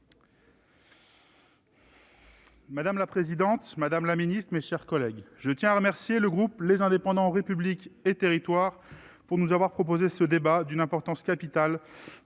Madame la présidente, madame la secrétaire d'État, mes chers collègues, je tiens à remercier le groupe Les Indépendants - République et Territoires de nous avoir proposé ce débat, d'une importance capitale